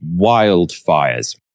wildfires